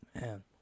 Man